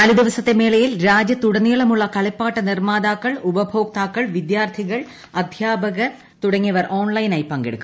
നാല് ദിവസത്തെ മേളയിൽ രാജ്യത്തുടനീളമുള്ള കളിപ്പാട്ട നിർമ്മാതാക്കൾ ഉപഭോക്താക്കൾ വിദ്യാർത്ഥികൾ അദ്ധ്യാപകർ തുടങ്ങിയവർ ഓൺലൈനായി പങ്കെടുക്കും